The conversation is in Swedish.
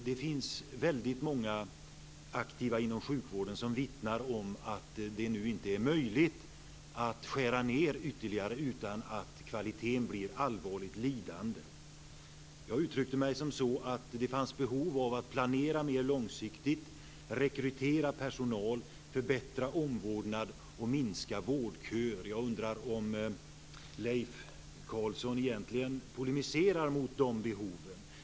Det finns väldigt många aktiva inom sjukvården som vittnar om att det nu inte är möjligt att skära ned ytterligare utan att kvaliteten blir allvarligt lidande. Jag uttryckte mig som så, att det fanns behov av att planera mer långsiktigt. Rekrytera personal, förbättra omvårdnad och minska vårdköer. Jag undrar om Leif Carlson egentligen polemiserar mot de behoven.